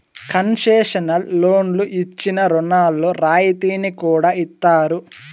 concessional లోన్లు ఇచ్చిన రుణాల్లో రాయితీని కూడా ఇత్తారు